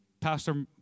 Pastor